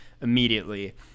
immediately